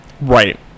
Right